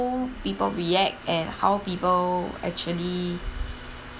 people react and how people actually